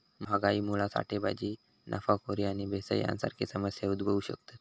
महागाईमुळा साठेबाजी, नफाखोरी आणि भेसळ यांसारखे समस्या उद्भवु शकतत